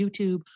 YouTube